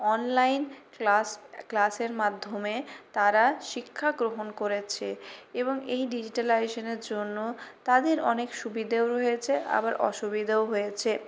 online class ক্লাসের মাধ্যমে তারা শিক্ষা গ্রহণ করেছে এবং এই ডিজিটালাইজেশনের জন্য তাদের অনেক সুবিধেও রয়েছে আবার অসুবিধেও হয়েছে